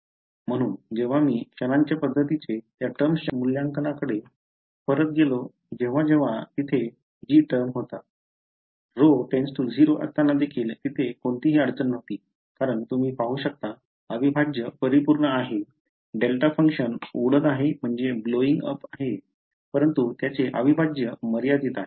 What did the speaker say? म्हणून जेव्हा मी क्षणांच्या पद्धतीचे त्या टर्म्सच्या मूल्यांकनाकडे परत गेलो जेव्हा जेव्हा तिथे g टर्म होता ρ → 0 असताना देखील तिथे कोणतीही अडचण नव्हती कारण तुम्ही पाहू शकता अविभाज्य परिपूर्ण आहे डेल्टा फंक्शन उडत आहे परंतु त्याचे अविभाज्य मर्यादित आहे